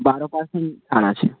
বারো পার্সেন্ট ছাড় আছে